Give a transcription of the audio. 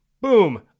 boom